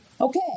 Okay